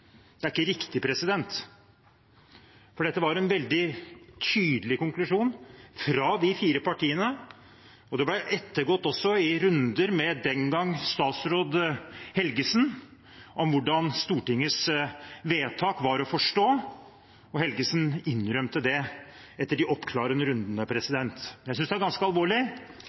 Det er ikke riktig. Dette var en veldig tydelig konklusjon fra de fire partiene, og hvordan Stortingets vedtak var å forstå, ble ettergått også i runder med daværende statsråd Helgesen. Helgesen innrømmet det etter de oppklarende rundene. Jeg synes det er ganske alvorlig